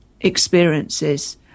experiences